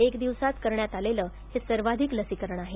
एक दिवसात करण्यात आलेलं हे सर्वाधिक लसीकरण आहे